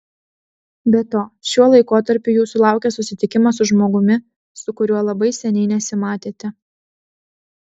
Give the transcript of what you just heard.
be to šiuo laikotarpiu jūsų laukia susitikimas su žmogumi su kuriuo labai seniai nesimatėte